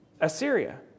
Assyria